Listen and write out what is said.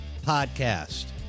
Podcast